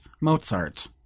Mozart